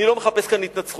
אני לא מחפש כאן התנצחות.